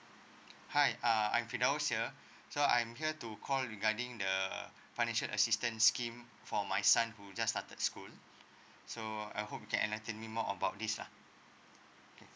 hi uh I'm finos here so I'm here to call regarding the financial assistance scheme for my son who just started school so I hope you can recommend me more about this lah